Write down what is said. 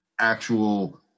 actual